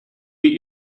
eat